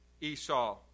Esau